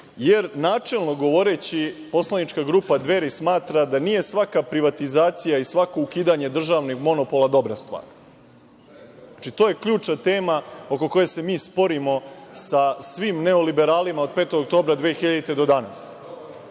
jer načelno govoreći, poslanička grupa Dveri smatra da nije svaka privatizacija i svako ukidanje državnih monopola dobra stvar. Znači, to je ključna tema oko koje se mi sporimo sa svim neoliberalima od 5. oktobra 2000. godine